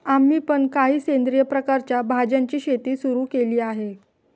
आम्ही पण काही सेंद्रिय प्रकारच्या भाज्यांची शेती सुरू केली आहे